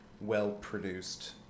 well-produced